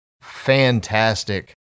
fantastic